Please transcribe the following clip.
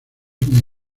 muy